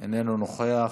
איננו נוכח.